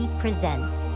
Presents